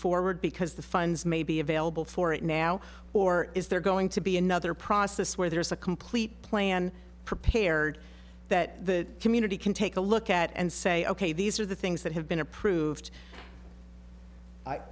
forward because the funds may be available for it now or is there going to be another process where there's a complete plan prepared that the community can take a look at and say ok these are the things that have been approved